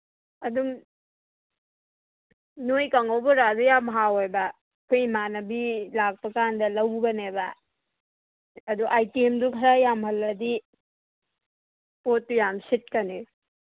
ꯑꯗꯨꯝ ꯅꯣꯏ ꯀꯥꯡꯍꯧ ꯕꯣꯔꯥꯁꯦ ꯌꯥꯝ ꯍꯥꯎꯋꯦꯕ ꯑꯩꯈꯣꯏ ꯏꯃꯥꯟꯅꯕꯤ ꯂꯥꯛꯄ ꯀꯥꯟꯗ ꯂꯧꯒꯅꯦꯕ ꯑꯗꯨ ꯑꯥꯏꯇꯦꯝꯗꯨ ꯈꯔ ꯌꯥꯝꯍꯜꯂꯗꯤ ꯄꯣꯠꯇꯨ ꯌꯥꯝ ꯁꯤꯠꯀꯅꯤ